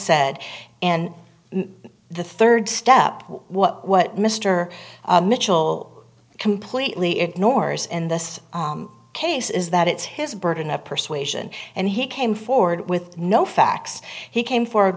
said and the rd step what what mr mitchell completely ignores in this case is that it's his burden of persuasion and he came forward with no facts he came forward